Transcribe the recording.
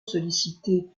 sollicitée